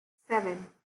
seven